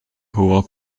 hoher